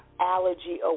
Allergy